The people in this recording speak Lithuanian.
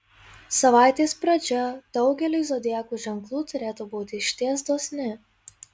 savaitės pradžia daugeliui zodiako ženklų turėtų būti išties dosni